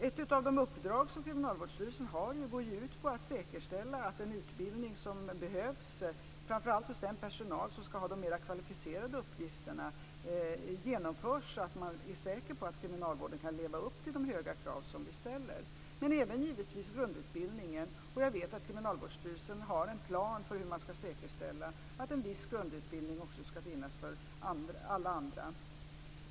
Ett av de uppdrag som Kriminalvårdsstyrelsen har går ut på att säkerställa att den utbildning som behövs framför allt hos den personal som ska ha de mera kvalificerade uppgifterna genomförs, så att man är säker på att kriminalvården kan leva upp till de höga krav som vi ställer. Det gäller även givetvis grundutbildningen. Jag vet att Kriminalvårdsstyrelsen har en plan för hur man ska säkerställa att en viss grundutbildning också ska finnas för alla andra.